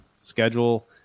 schedule